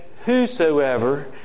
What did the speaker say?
Whosoever